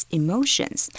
emotions